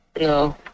No